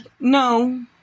No